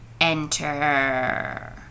enter